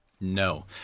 No